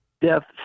death